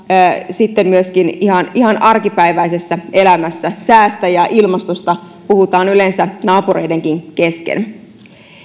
myöskin ihan ihan arkipäiväisessä elämässä säästä ja ilmastosta puhutaan yleensä naapureidenkin kesken